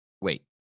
wait